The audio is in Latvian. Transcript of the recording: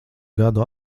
gadu